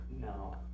No